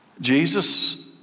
Jesus